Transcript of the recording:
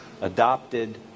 adopted